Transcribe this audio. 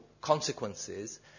consequences